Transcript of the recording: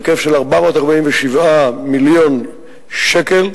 בהיקף של 447 מיליון שקלים,